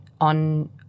on